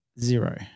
Zero